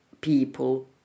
People